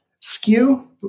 skew